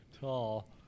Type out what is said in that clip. Tall